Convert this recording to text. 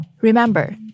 Remember